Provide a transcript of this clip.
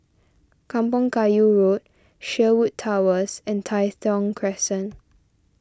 Kampong Kayu Road Sherwood Towers and Tai Thong Crescent